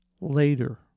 later